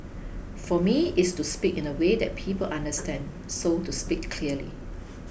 for me it's to speak in a way that people understand so to speak clearly